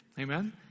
Amen